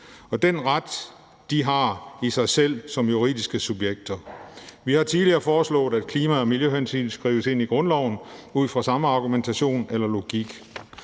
og den ret, de har i sig selv som juridiske subjekter. Vi har tidligere foreslået, at klima og miljøhensyn skrives ind i grundloven ud fra samme argumentation eller logik.